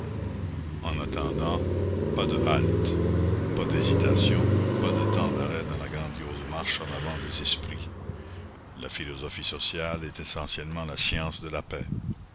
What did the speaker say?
en attendant pas de halte pas d'hésitation pas de temps d'arrêt dans la grandiose marche en avant des esprits la philosophie sociale est essentiellement la science de la paix